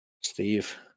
Steve